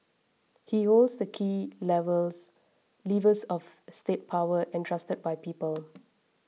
he holds the key levels levers of state power entrusted by people